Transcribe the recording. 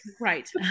right